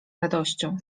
radością